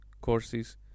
courses